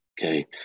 Okay